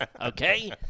okay